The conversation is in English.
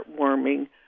heartwarming